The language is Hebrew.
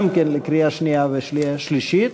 גם כן לקריאה שנייה ולקריאה שלישית.